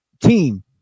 team